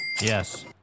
Yes